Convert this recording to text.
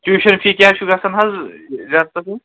tuition fee کیٛاہ چھُ گژھان حظ